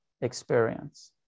experience